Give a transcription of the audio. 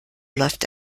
läuft